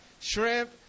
shrimp